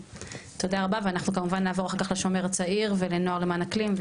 תודה רבה ואנחנו כמובן נעבור אחר כך לשומר הצעיר ולנוער למען אקלים,